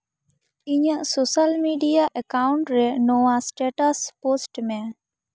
ᱤᱧᱟᱹᱜ social media account ᱨᱮ ᱱᱚᱣᱟ ᱮᱥᱴᱮᱴᱟᱥ ᱯᱳᱥᱴ ᱢᱮ